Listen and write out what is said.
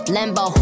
Lambo